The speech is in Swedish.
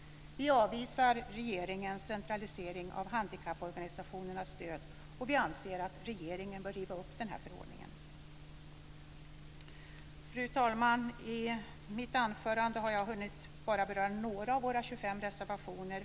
Vi avvisar regeringens centralisering av stödet till handikapporganisationernas och vi anser att regeringen bör riva upp förordningen. Fru talman! I mitt anförande har jag hunnit beröra bara några av våra 25 reservationer.